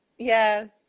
yes